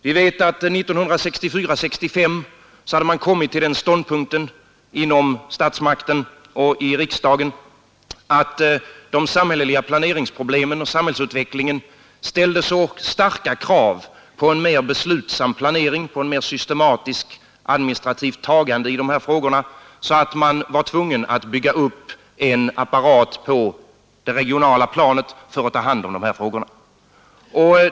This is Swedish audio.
Vi vet att statsmakterna 1964/65 hade kommit till den ståndpunkten att de samhälleliga planeringsproblemen och samhällsutvecklingen ställde så starka krav på en mer beslutsam och systematisk administration av dessa frågor, att man var tvungen att bygga upp en apparat på det regionala planet för att ta hand om problemen.